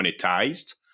monetized